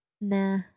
Nah